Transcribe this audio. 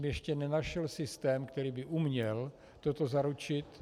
Ještě jsem nenašel systém, který by uměl toto zaručit.